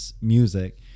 music